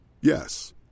Yes